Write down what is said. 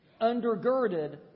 undergirded